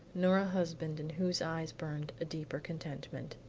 nor a husband in whose eyes burned a deeper contentment.